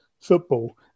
football